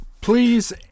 Please